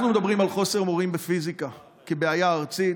אנחנו מדברים על חוסר במורים בפיזיקה כבעיה ארצית.